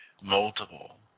multiple